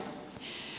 hyvä näin